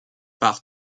par